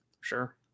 Sure